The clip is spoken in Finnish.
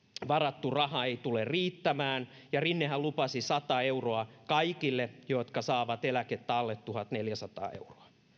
varattu raha ei tule riittämään ja rinnehän lupasi sata euroa kaikille jotka saavat eläkettä alle tuhatneljäsataa euroa